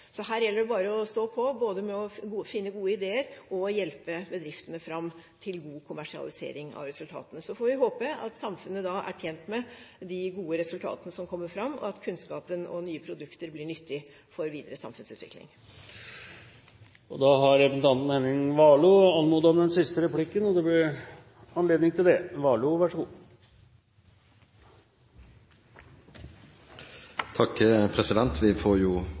Så her gjelder det bare å stå på, både med å finne gode ideer og å hjelpe bedriftene fram til god kommersialisering av resultatene. Så får vi håpe at samfunnet er tjent med de gode resultatene som kommer fram, og at kunnskapen og nye produkter blir nyttig for videre samfunnsutvikling. Da har representanten Warloe anmodet om den siste replikken, og det blir anledning til det. Takk, president. Vi får